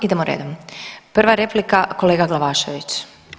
Idemo redom, prva replika kolega Glavašević.